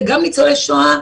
גם ניצולי שואה,